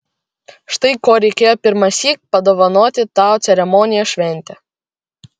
štai ko reikėjo pirmąsyk padovanoti tau ceremoniją šventę